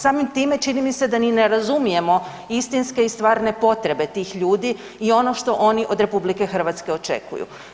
Samim time čini mi se da ni ne razumijemo istinske i stvarne potrebe tih ljudi i ono što onih od RH očekuju.